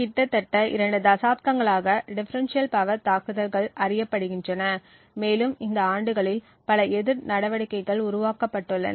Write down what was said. கிட்டத்தட்ட இரண்டு தசாப்தங்களாக டிஃபரென்ஷியல் பவர் தாக்குதல்கள் அறியப்படுகின்றன மேலும் இந்த ஆண்டுகளில் பல எதிர் நடவடிக்கைகள் உருவாக்கப்பட்டுள்ளன